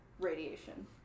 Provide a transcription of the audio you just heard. radiation